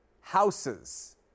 houses